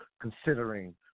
considering